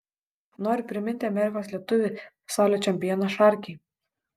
noriu priminti amerikos lietuvį pasaulio čempioną šarkį